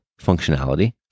functionality